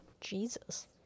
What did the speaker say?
Jesus